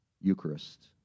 Eucharist